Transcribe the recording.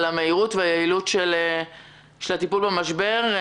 על המהירות והיעילות של הטיפול במשבר.